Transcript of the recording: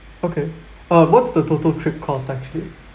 okay uh what's the total trip cost actually